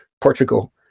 Portugal